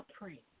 pray